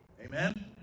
Amen